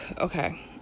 okay